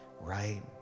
right